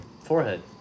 forehead